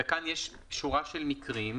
כאן יש שורה של מקרים.